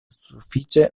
sufiĉe